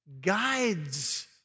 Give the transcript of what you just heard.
Guides